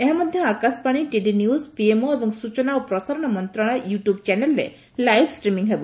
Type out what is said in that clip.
ଏହା ମଧ Akashvani DD news PMO ଏବଂ ସୂଚନା ଏବଂ ପ୍ରସାରଣ ମନ୍ତଶାଳୟ ୟୁଟ୍ୟୁବ୍ ଚ୍ୟାନେଲ୍ରେ ଲାଇଭ୍ ଷ୍ଟ୍ରିମିଂ ହେବ